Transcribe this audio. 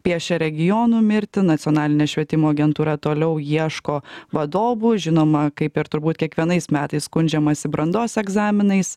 piešia regionų mirtį nacionalinė švietimo agentūra toliau ieško vadovų žinoma kaip ir turbūt kiekvienais metais skundžiamasi brandos egzaminais